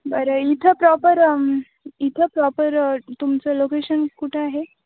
बरं इथं प्रॉपर इथं प्रॉपर तुमचं लोकेशन कुठं आहे